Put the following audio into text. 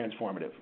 transformative